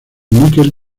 níquel